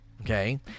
okay